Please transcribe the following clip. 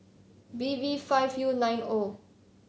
B V five U nine O